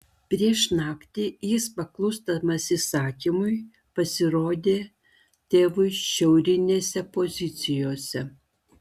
prieš naktį jis paklusdamas įsakymui pasirodė tėvui šiaurinėse pozicijose